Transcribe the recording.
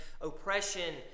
oppression